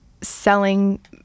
selling